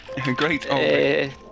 Great